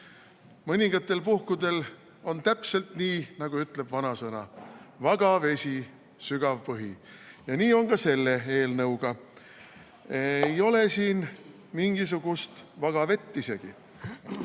Mõningatel puhkudel on täpselt nii, nagu ütleb vanasõna: vaga vesi, sügav põhi. Ja nii on ka selle eelnõuga. Ei ole siin mingisugust vaga vett